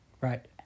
Right